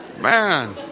Man